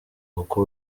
kuko